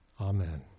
Amen